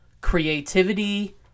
creativity